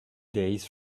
days